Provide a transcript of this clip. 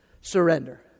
Surrender